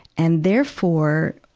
and therefore,